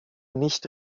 nicht